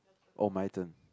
oh my turn